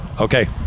Okay